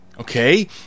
Okay